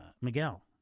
Miguel